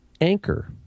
anchor